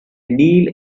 kneel